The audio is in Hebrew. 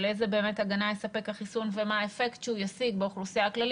איזו הגנה יספק החיסון ומה האפקט שהוא ישיג באוכלוסייה הכללית.